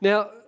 Now